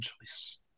choice